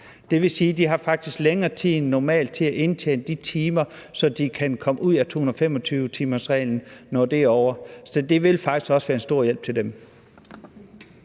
Det vil sige, at de faktisk har længere tid end normalt til at indtjene de timer, så de kan komme ud af 225-timersreglen, når det er ovre. Så det vil faktisk også være en stor hjælp til dem.